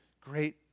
great